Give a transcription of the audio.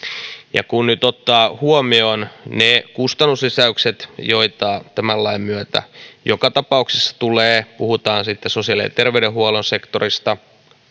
kun nyt ottaa huomioon ne kustannuslisäykset joita tämän lain myötä joka tapauksessa tulee puhutaan sitten sosiaali ja terveydenhuollon sektorista